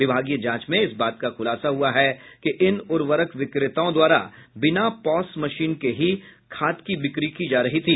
विभागीय जांच में इस बात का खुलासा हुआ है कि इन उर्वरक बिक्रेताओं द्वारा बिना पॉस मशीन के ही खाद की बिक्री की जा रही थी